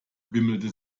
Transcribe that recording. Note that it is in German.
bimmelte